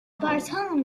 baritone